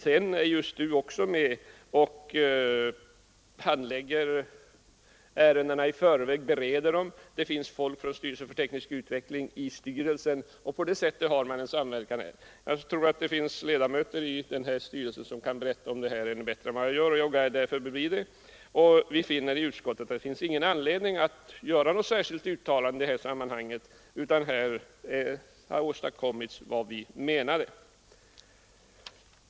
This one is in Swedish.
Sedan är STU också med och bereder ärenden i förväg. Det finns folk från STU i styrelsen, och på det sättet har man samverkan. Jag tror att det finns ledamöter i styrelsen som kan berätta om detta bättre än jag gör, och jag går därför förbi dessa förhållanden. Vi har i utskottet ansett att det inte finns anledning att göra något särskilt uttalande i sammanhanget, utan det som har åstadkommits är vad som avsågs med riksdagens beslut.